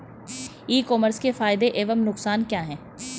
ई commerce के फायदे एवं नुकसान क्या हैं?